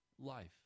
life